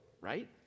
right